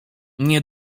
nie